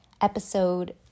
episode